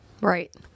Right